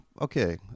Okay